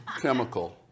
chemical